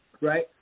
Right